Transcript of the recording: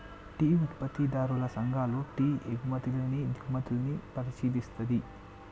tea ఉత్పత్తిదారుల సంఘాలు tea ఎగుమతుల్ని దిగుమతుల్ని పరిశీలిస్తది